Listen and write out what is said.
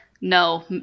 no